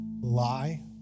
lie